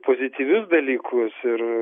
pozityvius dalykus ir